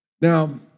Now